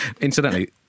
Incidentally